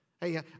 Hey